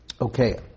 Okay